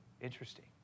Interesting